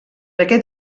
aquest